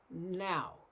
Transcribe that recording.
Now